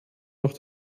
noch